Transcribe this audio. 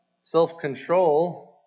Self-control